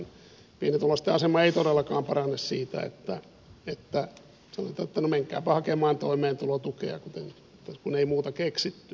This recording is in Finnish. pienituloisten asema ei todellakaan parane siitä että sanotaan että no menkääpä hakemaan toimeentulotukea kun ei muuta keksitty